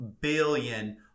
billion